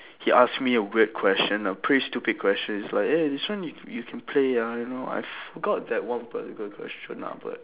he asked me a weird question a pretty stupid question it's like eh this one you you can play ah you know I forgot that one particular question ah but